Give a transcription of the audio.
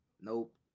Nope